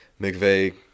McVeigh